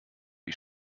die